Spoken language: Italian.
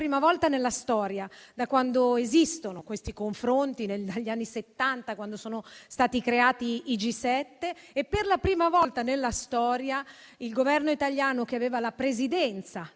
volta nella storia da quando esistono questi confronti, quindi dagli anni Settanta quando sono stati creati i G7, e per la prima volta nella storia, il Governo italiano, che ha la Presidenza